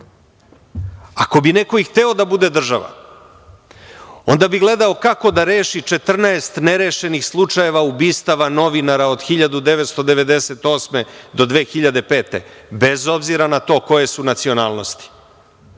Ako bi neko i hteo da bude država, onda bi gledao kako da reši 14 nerešenih slučajeva ubistava novinara od 1998. do 2005. godine, bez obzira na to koje su nacionalnosti. Ako